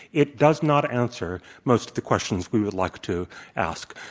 it does not answer most of the questions we would like to ask.